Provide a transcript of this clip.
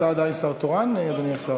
אתה עדיין שר תורן, אדוני השר?